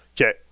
Okay